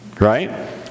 Right